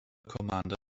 commander